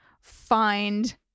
find